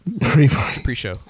Pre-show